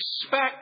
expect